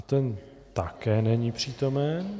Ten také není přítomen.